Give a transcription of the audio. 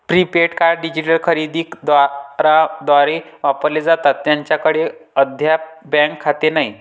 prepaid card digital खरेदी दारांद्वारे वापरले जातात ज्यांच्याकडे अद्याप बँक खाते नाही